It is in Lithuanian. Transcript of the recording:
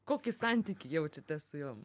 kokį santykį jaučiate su jom